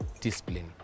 discipline